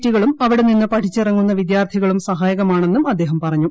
റ്റികളും അവിടെ നിന്ന് പഠിച്ചിറങ്ങുന്ന വിദ്യാർത്ഥികളും സഹായകമാണെന്നും അദ്ദേഹം പറഞ്ഞു